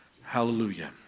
Hallelujah